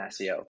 SEO